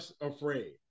afraid